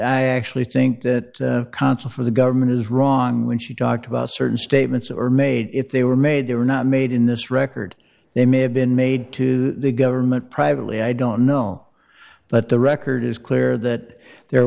i actually think that consul for the government is wrong when she talked about certain statements are made if they were made they were not made in this record they may have been made to the government privately i don't know but the record is clear that there